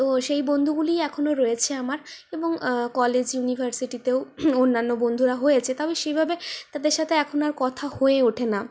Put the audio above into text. তো সেই বন্ধুগুলিই এখনও রয়েছে আমার এবং কলেজ ইউনিভার্সিটিতেও অন্যান্য বন্ধুরা হয়েছে তবে সেভাবে তাদের সাথে এখন আর কথা হয়ে ওঠে না